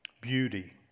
Beauty